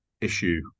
issue